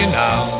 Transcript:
now